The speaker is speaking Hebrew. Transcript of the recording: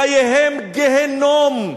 חייהם גיהינום.